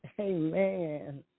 amen